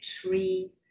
tree